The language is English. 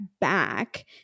back